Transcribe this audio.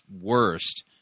worst